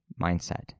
mindset